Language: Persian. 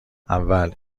اول